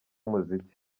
umuziki